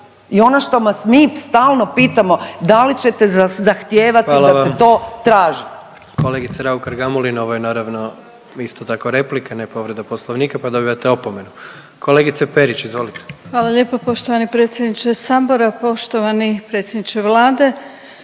i ono što vas mi stalno pitamo, da li ćete zahtijevati da se to traži?! **Jandroković, Gordan (HDZ)** Hvala vam. Kolegice Raukar-Gamulin, ovo je naravno, isto tako replika, ne povreda Poslovnika pa dobivate opomenu. Kolegice Perić, izvolite. **Perić, Grozdana (HDZ)** Hvala lijepo poštovani predsjedniče Sabora, poštovani predsjedniče Vlade.